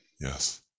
Yes